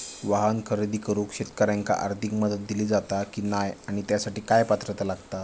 वाहन खरेदी करूक शेतकऱ्यांका आर्थिक मदत दिली जाता की नाय आणि त्यासाठी काय पात्रता लागता?